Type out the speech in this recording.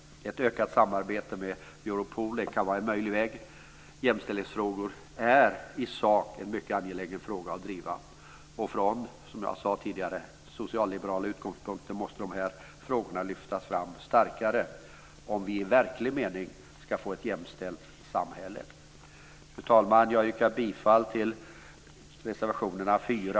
Ett ökat samarbete med Europol kan vara en möjlig väg. Jämställdhetsfrågorna är i sak mycket angelägna att driva. Från socialliberala utgångspunkter, som jag sade tidigare, måste de här frågorna lyftas fram starkare om vi i verklig mening ska få ett jämställt samhälle. Fru talman! Jag yrkar bifall till reservationerna 4,